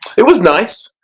it was nice.